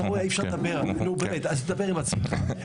אי אפשר לדבר, אז דבר עם עצמך.